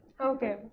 Okay